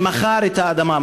שמכר את האדמה,